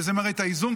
וזה מראה את האיזון,